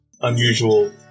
unusual